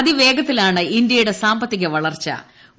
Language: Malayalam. അതിവേഗത്തിലാണ് ഇന്ത്യയുടെ സാമ്പത്തിക വളർച്ചു